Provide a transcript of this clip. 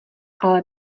ale